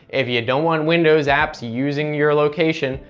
if you don't want windows apps using your location,